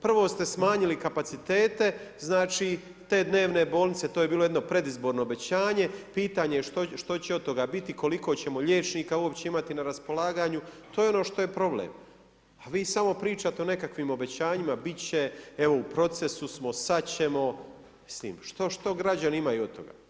Prvo ste smanjili kapacitete, znači te dnevne bolnice, to je bilo jedno predizborno obećanje, pitanje je što će od toga biti, koliko ćemo liječnika uopće imati na raspolaganju, to je on što je problem a vi samo pričate o nekakvim obećanjima, biti će, evo u procesu smo, sada ćemo, mislim što građani imaju od toga.